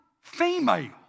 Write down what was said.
female